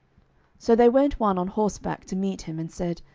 so there went one on horseback to meet him, and said,